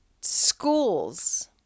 schools